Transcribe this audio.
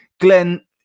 Glenn